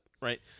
right